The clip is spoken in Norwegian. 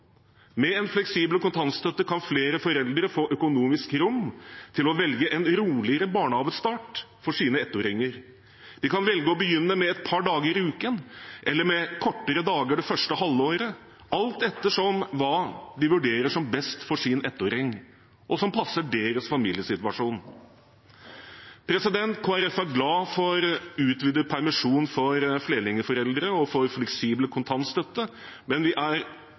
Med en fleksibel kontantstøtte kan flere foreldre få økonomisk rom til å velge en roligere barnehagestart for sine ettåringer. De kan velge å begynne med et par dager i uken, eller med kortere dager det første halvåret – alt etter hva de vurderer som best for sin ettåring, og hva som passer deres familiesituasjon. Kristelig Folkeparti er glad for utvidet permisjon for flerlingforeldre og for fleksibel kontantstøtte. Men vi er